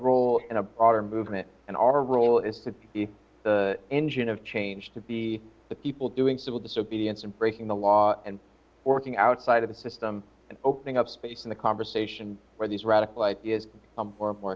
role in a broader movement and our role is to be the engine of change to be the people doing civil disobedience and breaking the law and order thing outside of the system and opening up space in the conversation where these radical ideas or more a